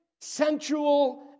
sensual